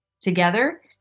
together